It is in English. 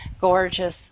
gorgeous